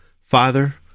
Father